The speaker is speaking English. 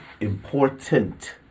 important